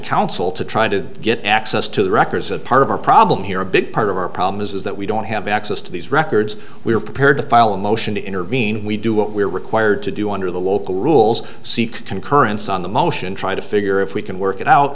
counsel to try to get access to the records that part of our problem here a big part of our problem is that we don't have access to these records we're prepared to file a motion to intervene we do what we're required to do under the local rules seek concurrence on the motion try to figure if we can work it out